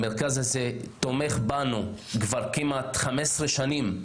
המרכז הזה תומך בנו כבר כמעט 15 שנים,